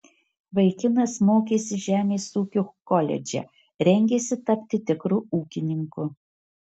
vaikinas mokėsi žemės ūkio koledže rengėsi tapti tikru ūkininku